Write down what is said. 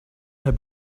have